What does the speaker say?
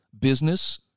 business